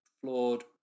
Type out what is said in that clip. flawed